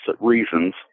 reasons